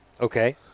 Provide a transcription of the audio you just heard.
Okay